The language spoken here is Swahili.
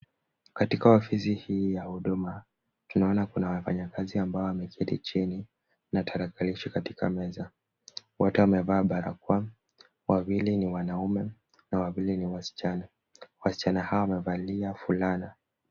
Katika ofisi hii ya huduma tunaona kuna wafanyakazi ambao wameketi chini na tarakilishi katika meza. Wote wamevaa barakoa, wawili ni wanaume na wawili ni wasichana. Wasichana hawa wamevalia fulana.